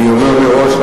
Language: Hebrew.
אני אומר מראש,